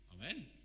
Amen